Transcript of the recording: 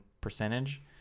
percentage